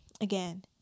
again